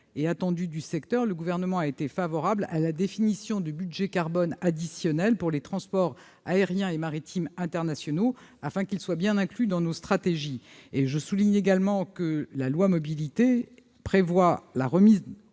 et attendue du secteur, le Gouvernement a été favorable à la définition du budget carbone additionnel pour les transports aérien et maritime internationaux, afin qu'ils soient bien inclus dans nos stratégies. Je souligne également que la loi d'orientation des mobilités prévoit la remise